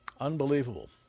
unbelievable